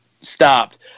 stopped